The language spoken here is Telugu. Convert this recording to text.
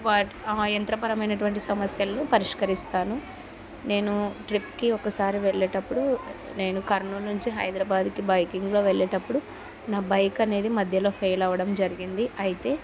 వా ఆ యంత్ర పరమైనటువంటి సమస్యలను పరిష్కరిస్తాను నేను ట్రిప్కి ఒకసారి వెళ్ళేటప్పుడు నేను కర్నూలు నుంచి హైదరాబాదుకి బైకింగ్లో వెళ్ళేటప్పుడు నా బైక్ అనేది మధ్యలో ఫెయిల్ అవ్వడం జరిగింది అయితే